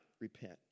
repent